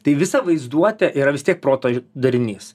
tai visa vaizduotė yra vis tiek proto darinys